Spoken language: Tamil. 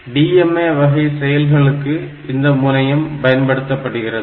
DMA வகை செயல்களுக்கு இந்த முனையம் பயன்படுத்தப்படுகிறது